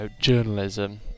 journalism